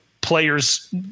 players